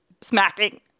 smacking